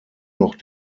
noch